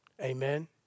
Amen